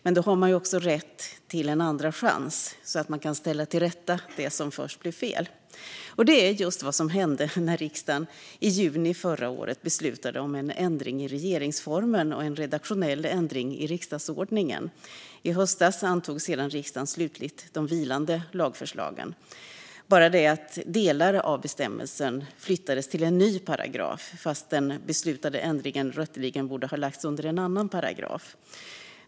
Men då har man också rätt till en andra chans så att man kan ställa det till rätta som först blev fel. Det är just vad som hände när riksdagen i juni förra året beslutade om en ändring i regeringsformen och en redaktionell ändring i riksdagsordningen. I höstas antog sedan riksdagen slutligt de vilande lagförslagen. Det var bara det att delar av bestämmelsen flyttades till en ny paragraf, fastän den beslutade ändringen rätteligen borde ha lagts under en annan paragraf.